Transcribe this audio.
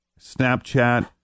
Snapchat